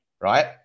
right